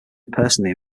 personally